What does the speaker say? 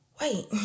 wait